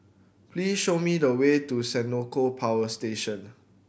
please show me the way to Senoko Power Station